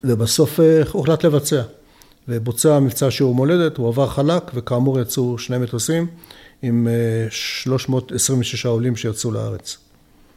‫ובסוף הוא הוחלט לבצע, ‫ובוצע מבצע שהוא "מולדת", ‫הוא עבר חלק. וכאמור יצאו ‫שני מטוסים עם 326 העולים שיצאו לארץ.